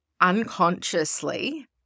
unconsciously